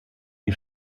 die